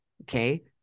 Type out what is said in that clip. Okay